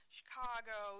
Chicago